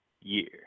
year